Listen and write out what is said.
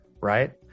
right